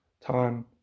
time